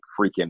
freaking